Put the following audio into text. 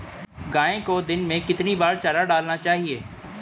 गाय को दिन में कितनी बार चारा डालना चाहिए?